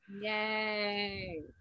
Yay